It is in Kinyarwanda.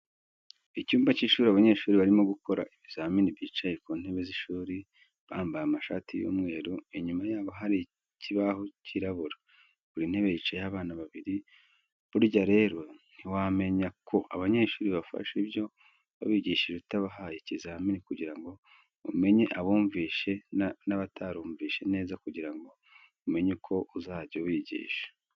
Icyumba cy'ishuri abanyeshuri barimo gukora ibizami bicaye ku ntebe z'ishuri, bambaye amashati y'umweru, inyuma yabo hari ikibaho kirabura. Buri ntebe yicayeho abana babiri. Burya rero ntiwamenya ko abanyeshuri bafashe ibyo wabigishije utabahaye ikizamini kugira ngo umenye abumvishe n'abatarumvishe neza kugira ngo umenye uko uzajya ubigisha.